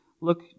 Look